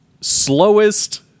slowest